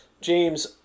James